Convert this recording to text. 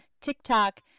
TikTok